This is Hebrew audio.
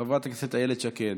חברת הכנסת איילת שקד,